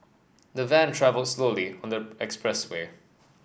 the van travelled slowly on the expressway